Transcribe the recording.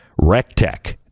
Rectech